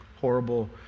horrible